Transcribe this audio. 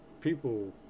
people